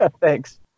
Thanks